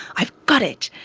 i've got it.